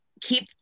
keep